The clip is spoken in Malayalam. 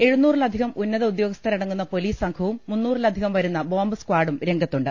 എഴുനൂറിലധികം ഉന്നത ഉദ്യോഗസ്ഥരടങ്ങുന്ന പോലീസ് സംഘവും മുന്നൂറിലധികം വരുന്ന ബോംബ് സ്കാഡും രംഗത്തുണ്ട്